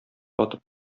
атып